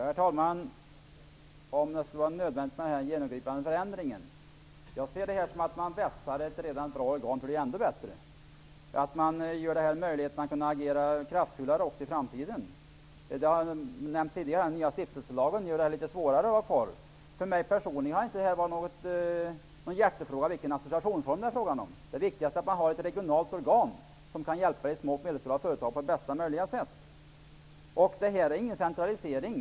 Herr talman! Rolf L Nilson frågar om det skall vara nödvändigt med den här genomgripande förändringen. Jag ser det här som att man vässar ett redan bra organ så att det blir ändå bättre. Man ger det möjligheten att kunna agera kraftfullare i framtiden. Det har nämnts tidigare att den nya stiftelselagen gör det litet svårare att vara kvar. För mig personligen har associationsformen inte varit någon hjärtefråga. Det viktiga är att man har ett regionalt organ som kan hjälpa de små och medelstora företagen på bästa möjliga sätt. Detta är ingen centralisering.